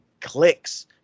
clicks